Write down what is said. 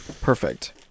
perfect